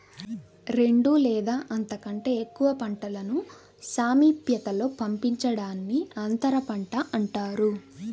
రెండు లేదా అంతకంటే ఎక్కువ పంటలను సామీప్యతలో పండించడాన్ని అంతరపంట అంటారు